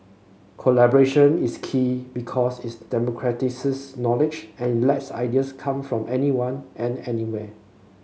collaboration is key because is democratises knowledge and lets ideas come from anyone and anywhere